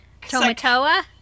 Tomatoa